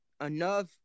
enough